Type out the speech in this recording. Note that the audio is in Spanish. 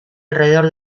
alrededor